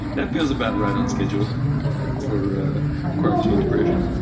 that feels about right on schedule for quarantine depression.